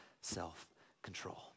self-control